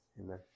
Amen